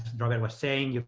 robert was saying, yeah